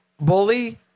Bully